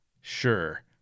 Sure